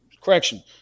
correction